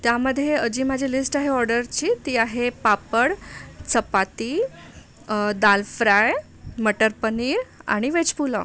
त्यामध्ये जे माझी लिस्ट आहे ऑर्डरची ती आहे पापड चपाती दाल फ्राय मटर पनीर आणि व्हेज पुलाव